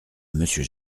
monsieur